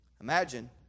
Imagine